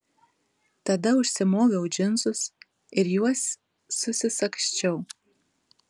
tada užsimoviau džinsus ir juos susisagsčiau